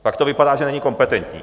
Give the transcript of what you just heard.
Pak to vypadá, že není kompetentní.